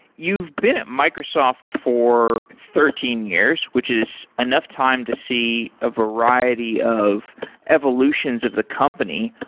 you've been at microsoft for thirteen years, which is enough time to see a variety of evolutions of the company.